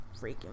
freaking